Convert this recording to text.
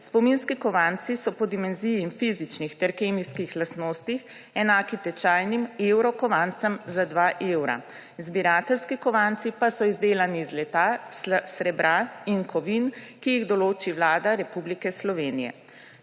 Spominski kovanci so po dimenziji fizičnih ter kemijskih lastnostih enaki tečajnim evro kovancem za dva evra. Zbirateljski kovanci pa so izdelani iz zlata, srebra in kovin, ki jih določi Vlada Republike Slovenije.